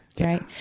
Right